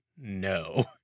no